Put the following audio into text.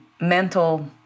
mental